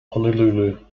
honolulu